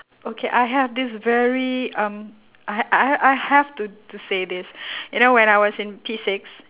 okay I have this very um I I I have to to say this you know when I was in P six